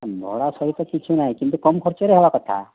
ଭଡ଼ା ସହିତ କିଛି ନାହିଁ କିନ୍ତୁ କମ୍ ଖର୍ଚ୍ଚରେ ହେବା କଥା